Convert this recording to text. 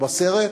בסרט,